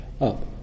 up